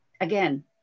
Again